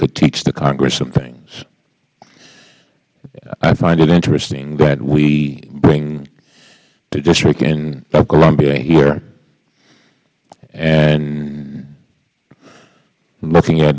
could teach the congress some things i find it interesting that we bring the district of columbia here and looking at